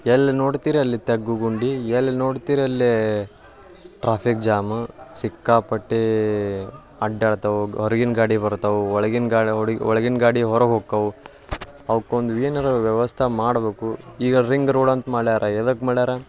ಎಲ್ಲಿ ನೋಡ್ತೀರಿ ಅಲ್ಲಿ ತಗ್ಗು ಗುಂಡಿ ಎಲ್ಲಿ ನೋಡ್ತೀರಿ ಅಲ್ಲಿ ಟ್ರಾಫಿಕ್ ಜಾಮು ಸಿಕ್ಕಾಪಟ್ಟೆ ಅಡ್ಡಾಡ್ತವೆ ಗ್ ಹೊರ್ಗಿನ ಗಾಡಿ ಬರ್ತವೆ ಒಳ್ಗಿನ ಗಾಡಿ ಹೊಡಿ ಒಳ್ಗಿನ ಗಾಡಿ ಹೊರಗೆ ಹೋಕ್ಕವು ಅವ್ಕೊಂದು ಏನಾರೂ ವ್ಯವಸ್ಥೆ ಮಾಡ್ಬೇಕು ಈಗ ರಿಂಗ್ ರೋಡಂತ ಮಾಡ್ಯಾರೆ ಎದಕ್ಕೆ ಮಾಡ್ಯಾರೆ